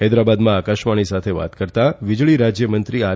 હૈદરાબાદમાં આકાશવાણી સાથે વાત કરતાં વિજળી રાજ્યમંત્રી આર